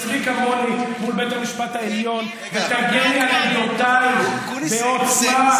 תתייצבי כמוני מול בית המשפט העליון ותגני על עמדותייך בעוצמה,